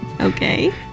Okay